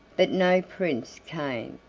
but no prince came.